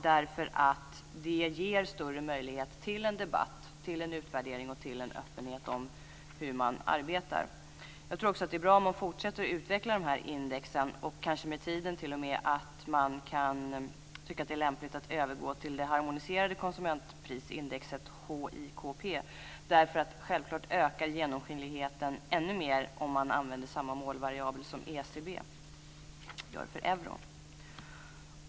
Det ger större möjligheter till en debatt, till en utvärdering och till en öppenhet om hur man arbetar. Jag tror också att det är bra om man fortsätter att utveckla dessa index och kanske t.o.m. med tiden kan tycka att det är lämpligt att övergå till det harmoniserade konsumentprisindexet HIKP. Självklart ökar genomskinligheten ännu mer om man använder samma målvariabel som ECB gör för euron.